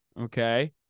Okay